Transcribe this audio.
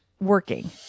working